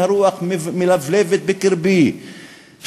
הרוח מלבלבת בקרבי,